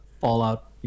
Fallout